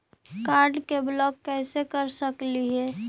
Card के block कैसे कर सकली हे?